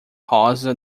rosa